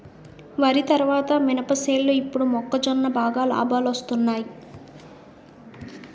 వరి తరువాత మినప సేలు ఇప్పుడు మొక్కజొన్న బాగా లాబాలొస్తున్నయ్